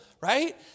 right